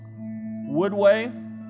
Woodway